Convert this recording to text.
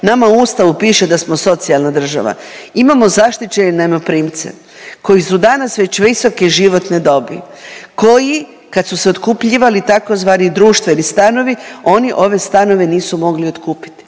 Nama u Ustavu piše da smo socijalna država, imamo zaštićene najmoprimce koji su danas već visoke životne dobi, koji, kad su se otkupljivali tzv. društveni stanovi, oni ove stanove nisu mogli otkupiti